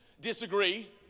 disagree